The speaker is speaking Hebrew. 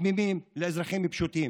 תמימים לאזרחים פשוטים?